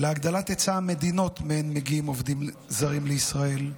להגדלת היצע המדינות שמהן מגיעים עובדים זרים לישראל,